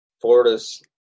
Florida's